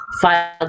filed